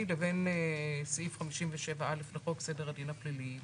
לבין סעיף 57א לחוק סדר הדין הפלילי,